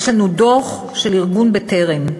יש לנו דוח של ארגון "בטרם",